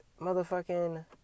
motherfucking